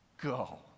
Go